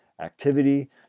activity